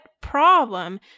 problem